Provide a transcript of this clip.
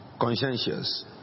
conscientious